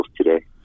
today